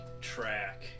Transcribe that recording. track